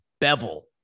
Bevel